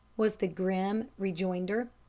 was the grim rejoinder.